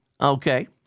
okay